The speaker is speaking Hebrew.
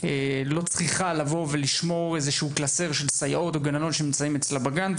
לא צריכה לשמור קלסר של סייעות או גננות שנמצאות אצלה בגן.